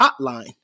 hotline